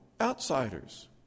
outsiders